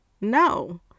No